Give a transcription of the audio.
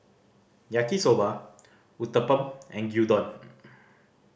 Yaki Soba Uthapam and Gyudon